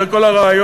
זה כל הרעיון.